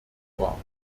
war